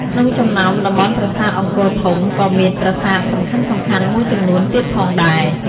ក្នុងចំណោមតំបន់ប្រាសាទអង្គរធំក៏មាន ប្រាសាទសំខានៗមួយចំនួនទៀតផងដែរ។